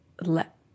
let